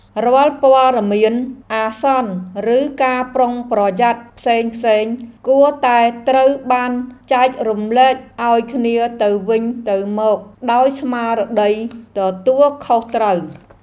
រាល់ព័ត៌មានអាសន្នឬការប្រុងប្រយ័ត្នផ្សេងៗគួរតែត្រូវបានចែករំលែកឱ្យគ្នាទៅវិញទៅមកដោយស្មារតីទទួលខុសត្រូវ។